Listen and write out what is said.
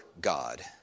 God